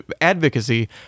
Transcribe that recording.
advocacy